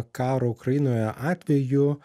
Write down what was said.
karo ukrainoje atveju